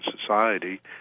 society